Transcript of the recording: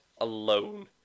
alone